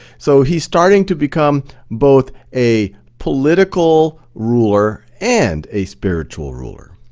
so he's starting to become both a political ruler and a spiritual ruler.